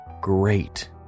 great